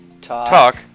talk